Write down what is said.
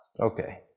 Okay